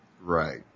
Right